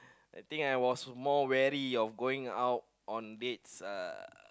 I think I was more wary of going out on dates uh